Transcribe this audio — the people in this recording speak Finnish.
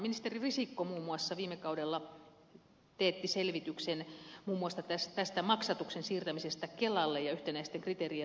ministeri risikko muun muassa viime kaudella teetti selvityksen muun muassa tästä maksatuksen siirtämisestä kelalle ja yhtenäisten kriteerien luomisesta